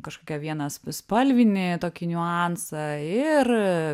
kažkokią vieną s spalvinį tokį niuansą ir